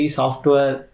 software